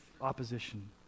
opposition